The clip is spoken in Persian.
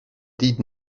دید